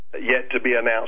yet-to-be-announced